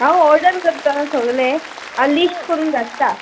हांव ऑर्डर करता सोगलें हांव लिस्ट करून धाडटा